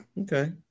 okay